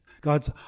God's